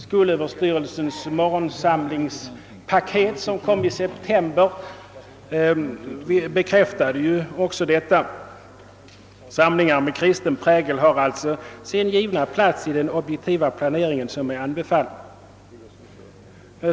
Skolöverstyrelsens »morgonsamlingspaket», som kom i september, bekräftade också detta. Samlingar med kristen prägel har alltså sin givna plats i den objektiva planering som är anbefalld.